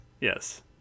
Yes